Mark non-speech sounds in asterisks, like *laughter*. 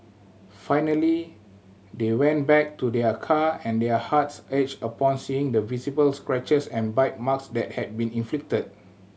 finally they went back to their car and their hearts *unintelligible* upon seeing the visible scratches and bite marks that had been inflicted